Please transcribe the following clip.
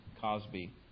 Cosby